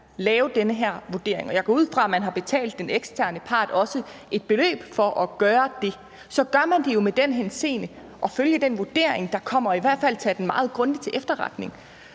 lave den her vurdering – og jeg går ud fra, at man også har betalt den eksterne part et beløb for at gøre det – så gør man det jo med den hensigt at følge den vurdering, der kommer, eller i hvert fald tage den meget grundigt til efterretning.